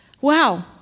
Wow